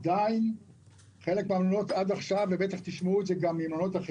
עדיין חלק מן המלונות עד עכשיו ובטח תשמעו את